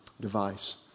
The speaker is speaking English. device